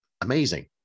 amazing